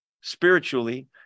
spiritually